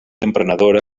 emprenedora